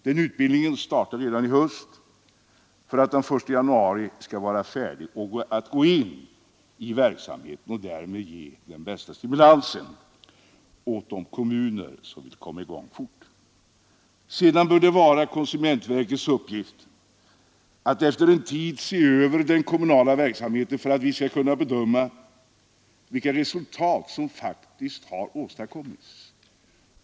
Den utbildningen startar redan i höst för att de den 1 januari skall vara färdiga att gå in i verksamheten och därmed ge den bästa stimulansen åt de kommuner som vill komma igång fort. Sedan bör det vara konsumentverkets uppgift att efter en tid se över den kommunala verksamheten för att vi skall kunna bedöma vilka resultat som faktiskt har åstadkommits.